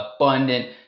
Abundant